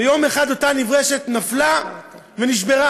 ויום אחד אותה נברשת נפלה ונשברה.